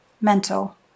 mental